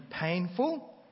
painful